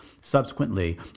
subsequently